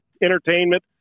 entertainment